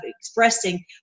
expressing